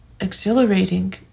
exhilarating